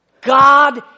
God